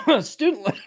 student